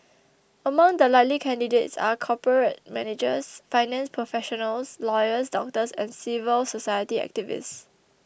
among the likely candidates are corporate managers finance professionals lawyers doctors and civil society activists